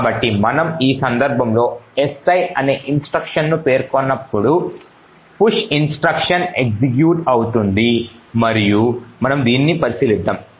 కాబట్టి మనము ఈ సందర్భంలో si ఒకే ఇన్స్ట్రక్షన్ ను పేర్కొన్నప్పుడు పుష్ ఇన్స్ట్రక్షన్ ఎగ్జిక్యూట్ అవుతుంది మరియు మనము దీనిని పరిశీలిద్దాం